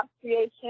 creation